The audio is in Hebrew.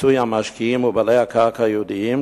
ופיצוי המשקיעים ובעלי הקרקע היהודים,